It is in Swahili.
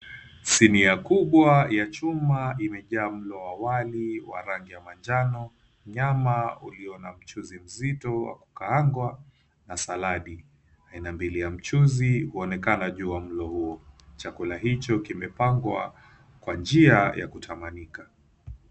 Sinia kubwa ya chuma imejaa mlo wa wali wa rangi ya manjano nyama uliyo na mchuzi mzito wa kukaangwa na saladi, aina mbili ya mchuzi unaonekana juu ya mlo, chakula hicho kimepangwa kwa njia ya kutamanika.